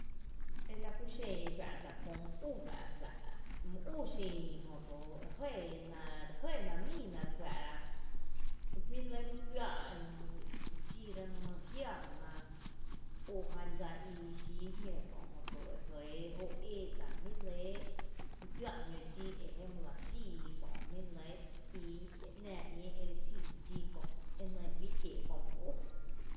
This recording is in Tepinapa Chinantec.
Ela kúxen e juⱥ’ tá’ köö mý ú juⱥ’ juⱥ’ mý ú xiin jötu re jɇɇ na re jɇɇ na míina re juⱥ’ra jmý’ re lɇ my kuⱥⱥ’ dxíra my jiaaná o jan dsa i xíi jñe kö’ jötu e jɇɇ o ee dsa jmí lɇ mi kuⱥⱥ’ jño dxí e je malⱥ xíií kö jmí lɇ ii e ‘náa ‘ñée eli xíi dxí kö’ ejö juí kié’ mý u.